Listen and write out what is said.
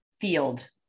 field